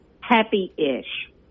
happy-ish